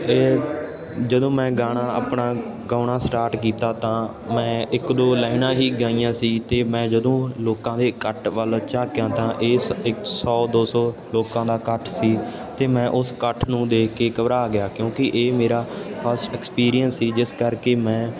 ਅਤੇ ਜਦੋਂ ਮੈਂ ਗਾਣਾ ਆਪਣਾ ਗਾਉਣਾ ਸਟਾਰਟ ਕੀਤਾ ਤਾਂ ਮੈਂ ਇੱਕ ਦੋ ਲਾਈਨਾਂ ਹੀ ਗਾਈਆਂ ਸੀ ਤਾਂ ਮੈਂ ਜਦੋਂ ਲੋਕਾਂ ਦੇ ਇਕੱਠ ਵੱਲ ਝਾਕਿਆ ਤਾਂ ਇਸ ਇੱਕ ਸੌ ਦੋ ਸੌ ਲੋਕਾਂ ਦਾ ਇਕੱਠ ਸੀ ਅਤੇ ਮੈਂ ਉਸ ਇਕੱਠ ਨੂੰ ਦੇਖ ਕੇ ਘਬਰਾ ਗਿਆ ਕਿਉਂਕਿ ਇਹ ਮੇਰਾ ਫਰਸਟ ਐਕਸਪੀਰੀਅੰਸ ਸੀ ਜਿਸ ਕਰਕੇ ਮੈਂ